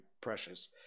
precious